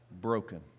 broken